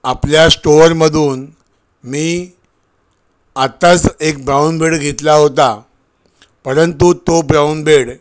आपल्या स्टोअरमधून मी आत्ताच एक ब्राऊन बेड घेतला होता परंतु तो ब्राऊन बेड